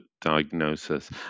diagnosis